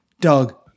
Doug